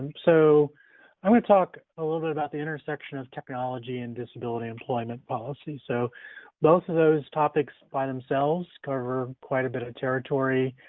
so i'm gonna talk a little bit about the intersection of technology and disability employment policy. so both of those topics by themselves cover quite a bit of ah territory,